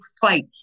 fight